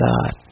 God